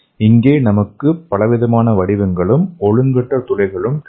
இங்கே நமக்கு பலவிதமான வடிவங்களும் ஒழுங்கற்ற துளைகளும் கிடைக்கும்